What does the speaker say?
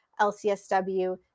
LCSW